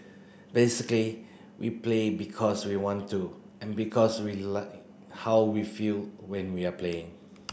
basically we play because we want to and because we like how we feel when we are playing